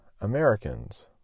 americans